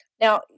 Now